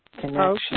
connection